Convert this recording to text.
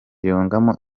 yungamo